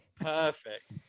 perfect